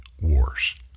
wars